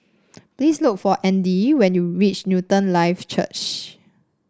please look for Andy when you reach Newton Life Church